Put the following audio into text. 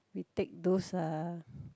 we take those uh